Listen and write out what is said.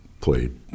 played